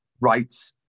rights